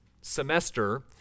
semester